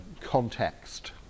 context